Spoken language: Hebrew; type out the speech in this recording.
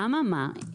אממה.